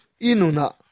Inuna